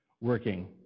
working